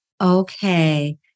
okay